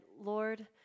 Lord